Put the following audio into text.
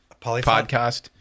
podcast